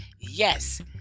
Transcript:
Yes